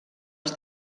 els